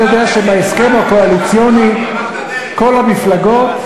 אני יודע שבהסכם הקואליציוני כל המפלגות,